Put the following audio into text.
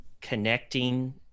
connecting